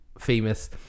famous